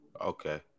Okay